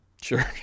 Sure